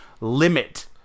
limit